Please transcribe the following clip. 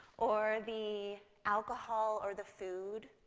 or the alcohol, or the food,